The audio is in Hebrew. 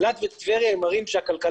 אילת וטבריה הן ערים שהכלכלה,